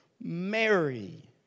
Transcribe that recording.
Mary